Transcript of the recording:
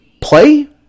play